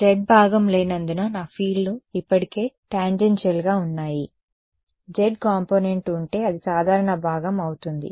z భాగం లేనందున నా ఫీల్డ్లు ఇప్పటికే టాంజెన్షియల్గా ఉన్నాయి సరియైనది z కాంపోనెంట్ ఉంటే అది సాధారణ భాగం అవుతుంది